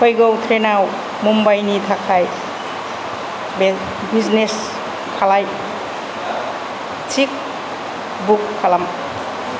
फैगौ ट्रेनाव मुम्बाइनि थाखाय बिजिनेस खालाय थिक बुक खालाम